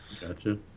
Gotcha